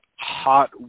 hot